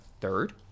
third